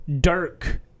Dirk